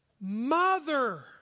Mother